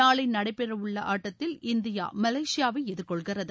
நாளை நடைபெறவுள்ள ஆட்டத்தில் இந்தியா மலேசியாவை எதிர்கொள்கிறது